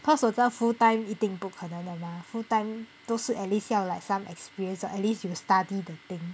cause 我知道 full time 一定不可能的嘛 full time 都是 at least 要 like some experience or at least you will study the thing